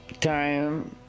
time